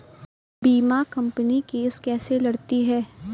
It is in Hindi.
बीमा कंपनी केस कैसे लड़ती है?